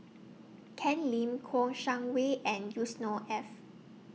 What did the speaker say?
Ken Lim Kouo Shang Wei and Yusnor Ef